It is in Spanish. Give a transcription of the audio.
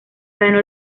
ganó